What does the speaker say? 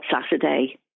Saturday